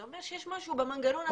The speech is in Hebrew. זה אומר שיש משהו במנגנון עצמו,